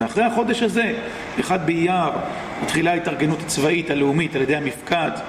אחרי החודש הזה, אחד באייר התחילה התארגנות צבאית הלאומית על ידי המפקד.